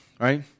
right